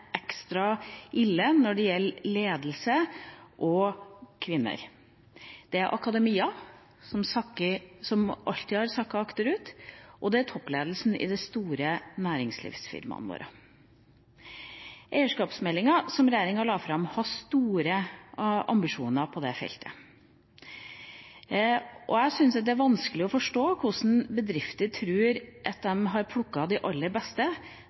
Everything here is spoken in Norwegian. toppledelsen i de store næringslivsfirmaene våre. Eierskapsmeldinga som regjeringa la fram, hadde store ambisjoner på det feltet. Jeg syns det er vanskelig å forstå hvordan bedrifter tror at de har plukket de aller beste